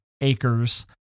acres